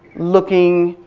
looking,